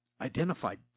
identified